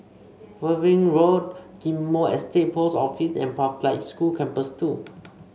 Worthing Road Ghim Moh Estate Post Office and Pathlight School Campus Two